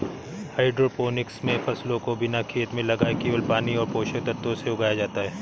hydroponics मे फसलों को बिना खेत में लगाए केवल पानी और पोषक तत्वों से उगाया जाता है